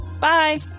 Bye